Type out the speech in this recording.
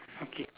okay